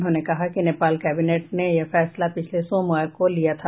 उन्होंने कहा कि नेपाल कैबिनेट ने यह फैसला पिछले सोमवार को ले लिया था